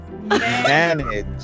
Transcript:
manage